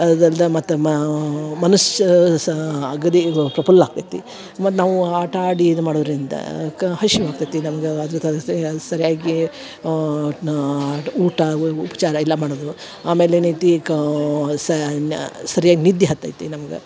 ಅದಲ್ದ ಮತ್ತು ಮಾ ಮನಸ್ಸು ಸಾ ಆಗದೇ ಪ್ರಫುಲ್ಲ ಆಗ್ತೈತಿ ಮತ್ತು ನಾವೂ ಆಟ ಆಡಿ ಇದು ಮಾಡೋದರಿಂದ ಕಾ ಹಶಿವು ಆಗ್ತೈತಿ ನಮ್ಗೆ ಅದು ಸರಿಯಾಗಿ ಊಟ ಉಪಚಾರ ಎಲ್ಲ ಮಾಡೋದು ಆಮೇಲೆ ಏನೈತಿ ಕಾ ಸಾ ನ ಸರಿಯಾಗಿ ನಿದ್ದಿ ಹತ್ತೈತಿ ನಮ್ಗೆ